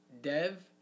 Dev